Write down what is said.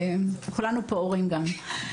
כולנו פה הורים גם.